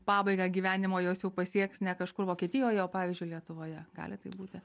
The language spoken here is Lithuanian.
pabaigą gyvenimo jos jau pasieks ne kažkur vokietijoje o pavyzdžiui lietuvoje gali taip būti